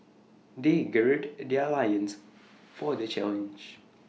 they gird their loins for the challenge